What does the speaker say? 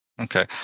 Okay